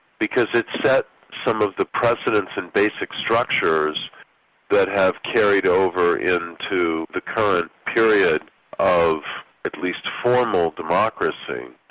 because it set some of the precedents and basic structures that have carried over into the current period of at least formal democracy,